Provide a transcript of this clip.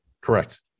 Correct